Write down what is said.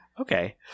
Okay